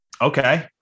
Okay